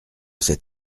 cet